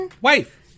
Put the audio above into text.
wife